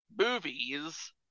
movies